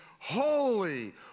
Holy